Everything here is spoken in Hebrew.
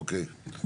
אוקיי.